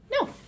No